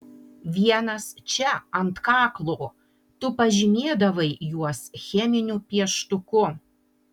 vienas čia ant kaklo tu pažymėdavai juos cheminiu pieštuku